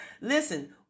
listen